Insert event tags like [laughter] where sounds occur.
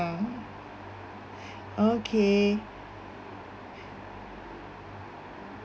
[breath] okay